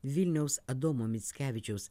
vilniaus adomo mickevičiaus